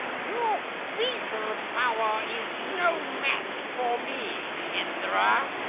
your feeble power is no match for me, indra.